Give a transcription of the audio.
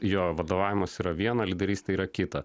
jo vadovavimas yra viena lyderystė yra kita